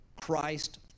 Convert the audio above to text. christ